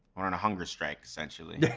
on on a hunger strike essentially.